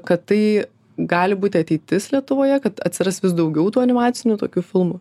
kad tai gali būti ateitis lietuvoje kad atsiras vis daugiau tų animacinių tokių filmų